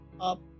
up